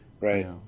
Right